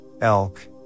elk